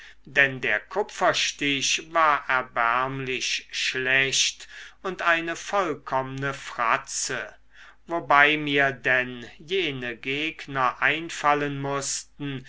denn der kupferstich war erbärmlich schlecht und eine vollkommne fratze wobei mir denn jene gegner einfallen mußten